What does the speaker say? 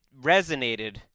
resonated